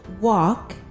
walk